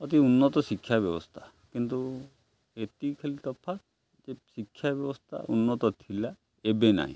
ଅତି ଉନ୍ନତ ଶିକ୍ଷା ବ୍ୟବସ୍ଥା କିନ୍ତୁ ଏତିକି ଖାଲି ତଫାତ ଯେ ଶିକ୍ଷା ବ୍ୟବସ୍ଥା ଉନ୍ନତ ଥିଲା ଏବେ ନାହିଁ